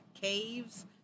caves